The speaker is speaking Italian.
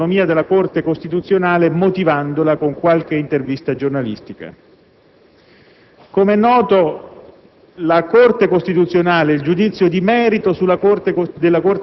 l'esistenza di una limitazione all'autonomia della Corte costituzionale motivata sulla base di qualche intervista giornalistica. È infatti